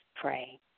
pray